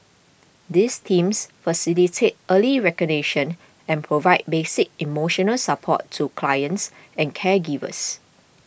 these teams facilitate early recognition and provide basic emotional support to clients and caregivers